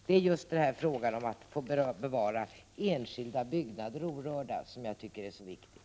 Det är just frågan om att få bevara enskilda byggnader orörda som jag tycker är så viktig.